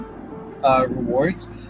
rewards